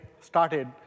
started